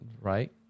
right